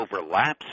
overlaps